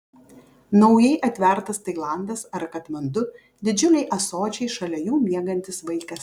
naujai atvertas tailandas ar katmandu didžiuliai ąsočiai šalia jų miegantis vaikas